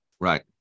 Right